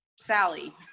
Sally